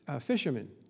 fishermen